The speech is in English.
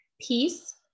peace